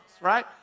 right